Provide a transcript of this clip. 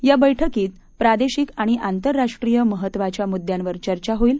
या बैठकीत प्रादेशिक आणि आंतरराष्ट्रीय महत्त्वाच्या मुद्यांवर चर्चा होईल